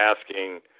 asking